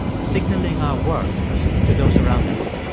signaling our worth to those around us.